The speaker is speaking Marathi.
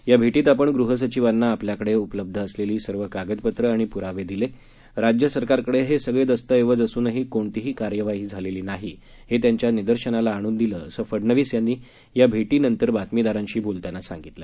या भेटीत आपण गृहसचिवांना आपल्याकडे उपलब्ध असलेली सर्व कागदपत्रं आणि पुरावे दिले राज्य सरकारकडे हे सगळे दस्तऐवज असूनही कोणतीही कारवाई झालेली नाही हे त्यांच्या निदर्शनास आणून दिलं असं फडनवीस यांनी या भेटीनंतर बातमीदारांशी बोलताना सांगितलं